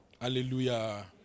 Hallelujah